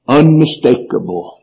unmistakable